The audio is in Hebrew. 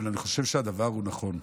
ואני חושב שהדבר הוא נכון,